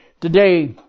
Today